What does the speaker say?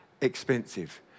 expensive